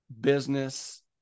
business